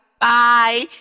Bye